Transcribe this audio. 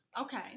Okay